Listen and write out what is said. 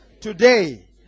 Today